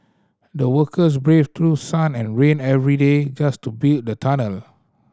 the workers braved through sun and rain every day just to build the tunnel